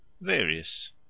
Various